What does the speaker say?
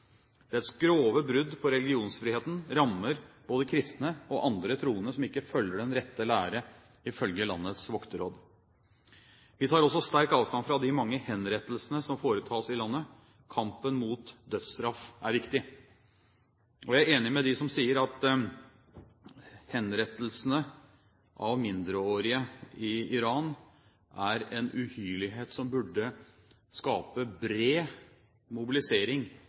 grove brudd på religionsfriheten rammer både kristne og andre troende som ikke følger den rette lære ifølge landets vokterråd. Vi tar også sterkt avstand fra de mange henrettelsene som foretas i landet. Kampen mot dødsstraff er viktig. Jeg er enig med dem som sier at henrettelsene av mindreårige i Iran er en uhyrlighet som burde skape bred mobilisering